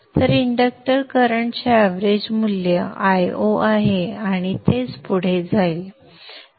तर इंडक्टर करंटचे एव्हरेज मूल्य Io आहे आणि तेच पुढे जाईल